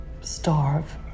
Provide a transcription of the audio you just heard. starve